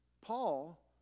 Paul